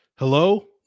Hello